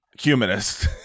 humanist